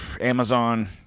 Amazon